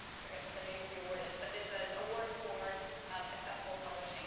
i forgot what the name of the award is, but it's an award for accessible publishing